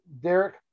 Derek